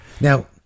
Now